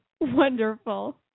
wonderful